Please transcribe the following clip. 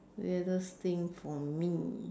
weirdest thing for me